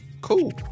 cool